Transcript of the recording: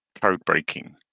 code-breaking